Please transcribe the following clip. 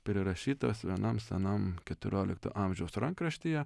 prirašytas vienam senam keturiolikto amžiaus rankraštyje